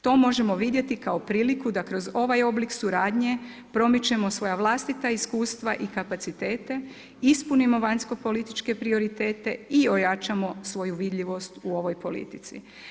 To možemo vidjeti kao priliku da kroz ovaj oblik suradnje promičemo svoja vlastita iskustva i kapacitete, ispunimo vanjskopolitičke prioritete i ojačamo svoju vidljivost u ovoj politici.